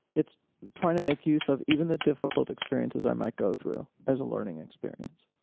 it's trying to make use of even the difficult experiences i might go through as a learning experience.